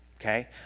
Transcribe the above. okay